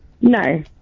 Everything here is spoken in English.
No